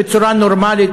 בצורה נורמלית,